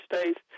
States